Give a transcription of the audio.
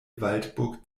waldburg